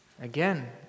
Again